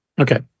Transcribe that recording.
Okay